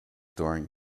during